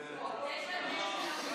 נתקבלה.